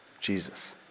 Jesus